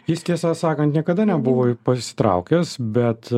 jis tiesą sakant niekada nebuvo pasitraukęs bet